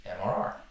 MRR